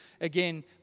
again